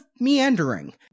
meandering